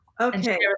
okay